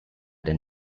den